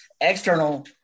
external